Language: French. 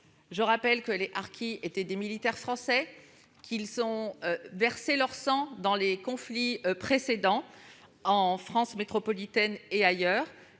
Je rappelle que les harkis étaient des militaires français et qu'ils ont versé leur sang lors de plusieurs conflits, en France métropolitaine ou ailleurs.